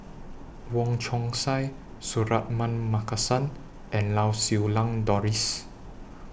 Wong Chong Sai Suratman Markasan and Lau Siew Lang Doris